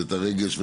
את רגש,